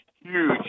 huge